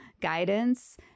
guidance